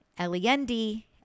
L-E-N-D